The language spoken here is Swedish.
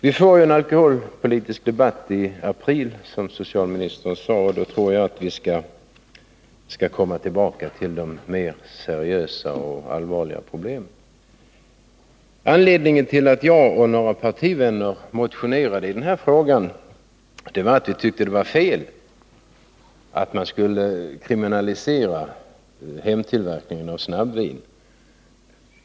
Vi får en alkoholpolitisk debatt i april, som socialministern sade, och då tror jag att vi kommer att behandla de mera allvarliga problemen. Att jag och några partivänner motionerade i frågan om snabbvinerna berodde på att vi tyckte att det var fel att kriminalisera hemtillverkning av snabbvin.